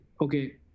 okay